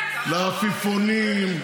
לעפיפונים,